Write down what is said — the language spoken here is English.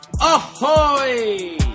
Ahoy